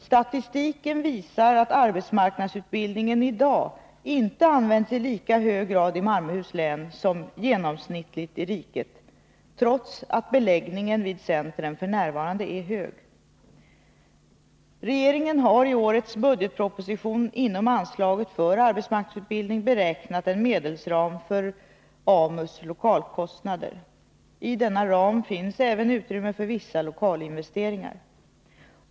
Statistiken visar att arbetsmarknadsutbildningen i dag inte används i lika hög grad i Malmöhus län som genomsnittligt i riket, trots att beläggningen vid centren f. n. är hög. Regeringen har i årets budgetproposition inom anslaget för arbetsmarknadsutbildning beräknat en medelsram för AMU:s lokalkostnader. I denna ram finns även utrymme för vissa lokalinvesteringar.